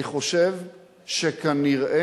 אני חושב שכנראה